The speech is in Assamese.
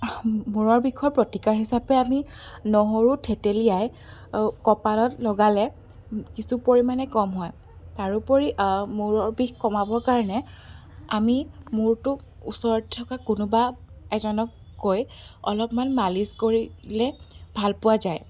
মূৰৰ বিষৰ প্ৰতিকাৰ হিচাপে আমি নহৰু থেতেলিয়াই কপালত লগালে কিছু পৰিমাণে কম হয় তাৰোপৰি মূৰৰ বিষ কমাবৰ কাৰণে আমি মূৰটোক ওচৰত থকা কোনোবা এজনক কৈ অলপমান মালিচ কৰিলে ভাল পোৱা যায়